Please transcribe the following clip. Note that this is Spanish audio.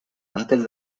antes